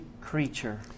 creature